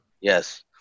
Yes